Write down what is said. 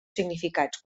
significats